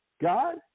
God